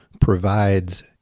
provides